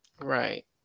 Right